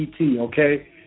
okay